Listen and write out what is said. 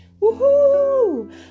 Woohoo